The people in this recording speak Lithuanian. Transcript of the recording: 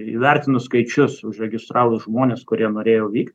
įvertinus skaičius užregistravus žmones kurie norėjo vykt